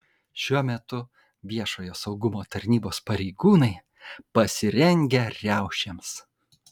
šiuo metu viešojo saugumo tarnybos pareigūnai pasirengę riaušėms